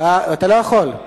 אתה לא יכול.